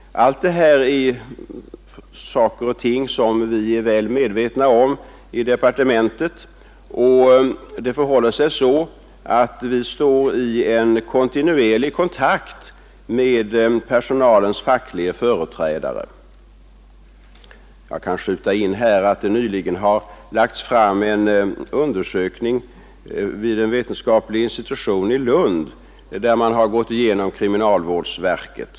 Allt det här är saker och ting som vi är väl medvetna om i departementet, och det förhåller sig så, att vi står i en kontinuerlig kontakt med personalens facklige företrädare. Jag kan här skjuta in att det nyligen har lagts fram en undersök ning vid en vetenskaplig institution i Lund beträffande kriminalvårdsverket.